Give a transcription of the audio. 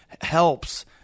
helps